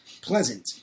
pleasant